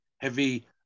heavy